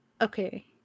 Okay